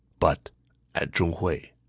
but at zhong hui.